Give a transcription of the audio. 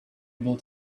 able